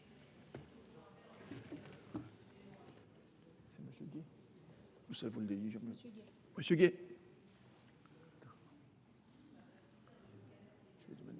Merci